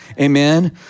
Amen